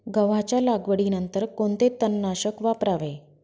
गव्हाच्या लागवडीनंतर कोणते तणनाशक वापरावे?